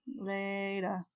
Later